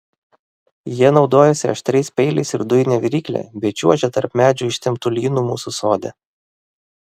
jie naudojasi aštriais peiliais ir dujine virykle bei čiuožia tarp medžių ištemptu lynu mūsų sode